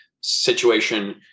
situation